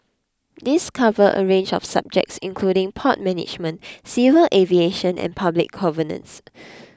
these cover a range of subjects including port management civil aviation and public governance